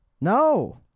No